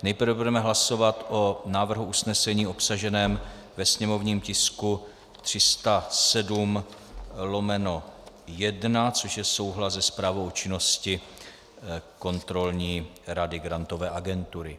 Nejprve budeme hlasovat o návrhu usnesení obsaženém ve sněmovním tisku 307/1, což je souhlas se zprávou o činnosti kontrolní rady Grantové agentury.